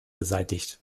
beseitigt